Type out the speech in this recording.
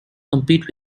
compete